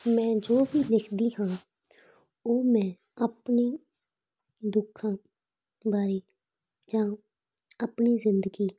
ਮੈਂ ਜੋ ਵੀ ਲਿਖਦੀ ਹਾਂ ਉਹ ਮੈਂ ਆਪਣੀ ਦੁੱਖਾਂ ਬਾਰੇ ਜਾਂ ਆਪਣੀ ਜ਼ਿੰਦਗੀ